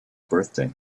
birthday